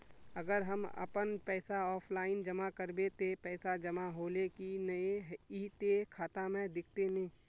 अगर हम अपन पैसा ऑफलाइन जमा करबे ते पैसा जमा होले की नय इ ते खाता में दिखते ने?